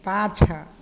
पाछाँ